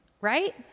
right